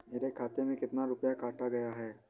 मेरे खाते से कितना रुपया काटा गया है?